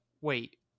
wait